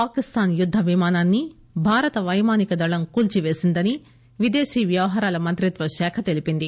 పాకిస్తాన్ యుద్ద విమానాన్ని భారత పైమానిక దళం కూల్చిపేసిందని విదేశీ వ్యవహారాల మంత్రిత్వశాఖ తెలిపింది